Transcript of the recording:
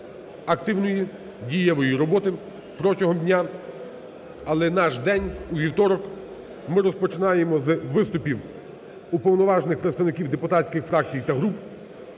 активної дієвої роботи протягом дня. Але наш день у вівторок ми розпочинаємо з виступів уповноважених представників депутатських фракцій та груп.